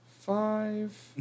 Five